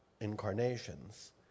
incarnations